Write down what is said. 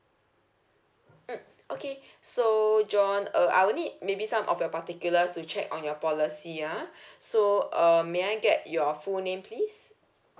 mm okay so john uh I will need maybe some of your particulars to check on your policy ah so um may I get your full name please